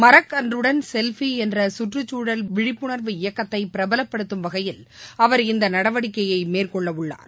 மரக்கன்றுடன் செவ்பிஎன்றசுழல் விழிப்புணா்வு இயக்கத்தைபிரபலப்படுத்தும் வகையில் அவர் இந்தநடவடிக்கையைமேற்கொள்ளஉள்ளார்